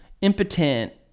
Impotent